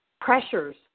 pressures